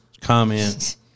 comments